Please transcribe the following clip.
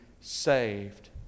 saved